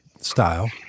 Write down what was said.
style